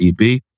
EB